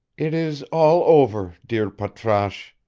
it is all over, dear patrasche,